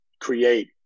create